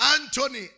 Anthony